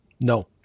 No